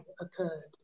occurred